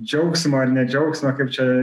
džiaugsmo ar ne džiaugsmo kaip čia